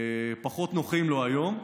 פחות נוחים לו היום.